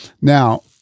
Now